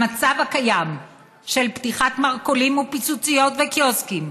המצב הקיים של פתיחת מרכולים, פיצוציות וקיוסקים,